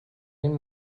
این